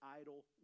idle